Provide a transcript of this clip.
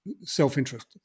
self-interest